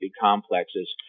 complexes